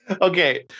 Okay